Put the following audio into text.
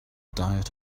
diet